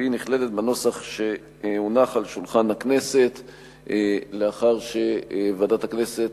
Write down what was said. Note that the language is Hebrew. והיא נכללת בנוסח שהונח על שולחן הכנסת לאחר שוועדת הכנסת,